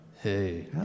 Hey